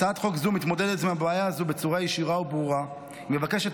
הצעת חוק זו מתמודדת עם הבעיה הזו בצורה ישירה וברורה ומבקשת